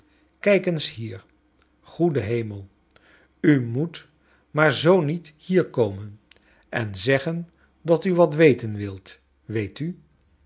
kijk eens hier goede hemel u moet maar zoo niet hier komen en zeggen dat u wat weten wilt weet ui